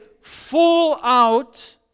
full-out